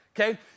Okay